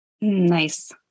Nice